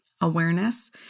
Awareness